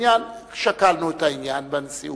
שקלנו את העניין בנשיאות,